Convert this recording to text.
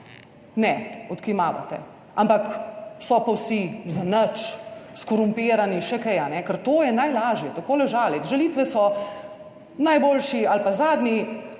Ne, odkimavate, ampak so pa vsi zanič, skorumpirani, še kaj, ker to je najlažje takole žaliti. Žalitve so najboljši ali pa zadnji